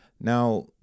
Now